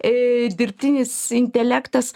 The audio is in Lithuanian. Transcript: ir dirbtinis intelektas